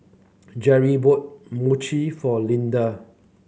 Jerry bought Mochi for Lidia